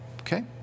Okay